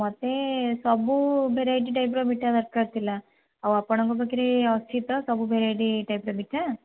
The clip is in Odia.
ମତେ ସବୁ ଭେରାଇଟି ଟାଇପ୍ର ମିଠା ଦରକାର ଥିଲା ଆଉ ଆପଣଙ୍କ ପାଖରେ ଅଛି ତ ସବୁ ଭେରାଇଟି ଟାଇପ୍ର ମିଠା